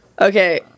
Okay